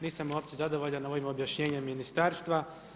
Nisam uopće zadovoljan ovim objašnjenjem ministarstva.